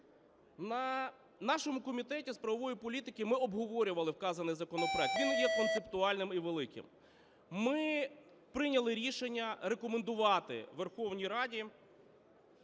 На нашому Комітеті з правової політики ми обговорювали вказаний законопроект, він є концептуальним і великим. Ми прийняли рішення рекомендувати Верховній Раді